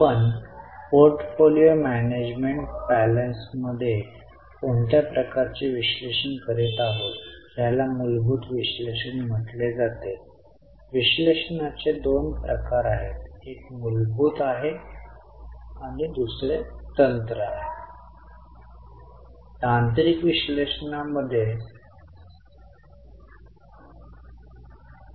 आता working note म्हणून तयार करण्याच्या प्रक्रियेच्या रूपात मी तुम्हाला करण्यास सांगितले होते की बॅलन्स शीटची प्रत्येक वस्तू घ्या त्यानंतर पी आणि एल बदलाला चिन्हांकित करा आणि त्यास ओ किंवा एफ म्हणून चिन्हांकित करा